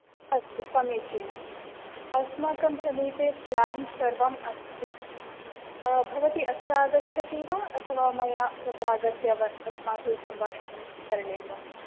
अस्तु समीचीनं अस्माकं समीपे प्लान् सर्वम् अस्ति भवति अत्र आगच्छति वा अथवा मया तत्र आगत्य अस्माभिः सम्भाषणं करणीयं वा